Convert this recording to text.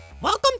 welcome